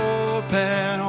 open